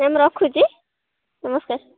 ma'am ରଖୁଛି ନମସ୍କାର